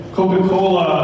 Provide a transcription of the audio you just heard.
Coca-Cola